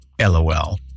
LOL